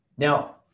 Now